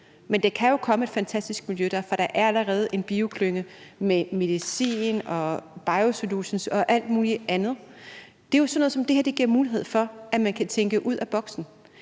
Men der kan jo komme et fantastisk miljø dér, for der er allerede en bioklynge med medicin, biosolutions og alt muligt andet. Det er jo sådan noget, som det her giver mulighed for, altså at man kan tænke ud af boksen.